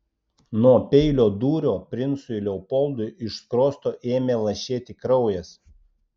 nuo peilio dūrio princui leopoldui iš skruosto ėmė lašėti kraujas